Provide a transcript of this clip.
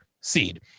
seed